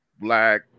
black